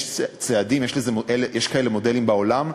יש צעדים, יש כאלה מודלים בעולם,